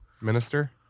minister